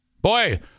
Boy